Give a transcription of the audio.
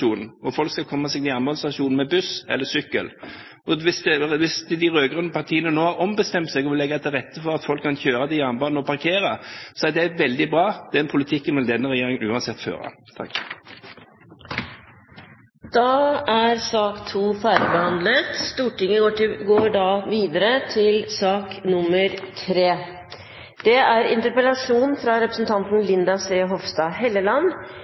folk skal komme seg til jernbanestasjonen med buss eller sykkel. Hvis de rød-grønne partiene nå har ombestemt seg og vil legge til rette for at folk kan kjøre til jernbanen og parkere, er det veldig bra. Den politikken vil denne regjeringen uansett føre. Debatten i sak nr. 2 er avsluttet. Norske veier krevde i 2013 187 menneskeliv. Det er